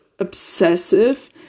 obsessive